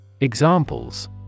Examples